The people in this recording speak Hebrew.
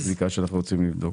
זאת הבדיקה שאנחנו רוצים לעשות.